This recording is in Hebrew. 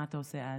מה אתה עושה אז?